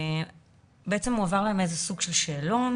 למעשה, מועבר לכל יולדת שאלון